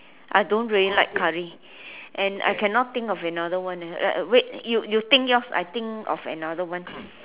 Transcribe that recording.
I don't really like curry and I cannot think of another one eh like wait you you think yours I think of another one